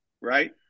right